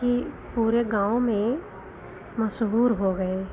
कि पूरे गाँव में मशहूर हो गए